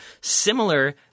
Similar